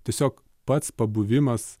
tiesiog pats pabuvimas